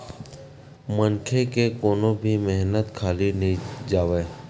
मनखे के कोनो भी मेहनत खाली नइ जावय